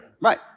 Right